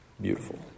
beautiful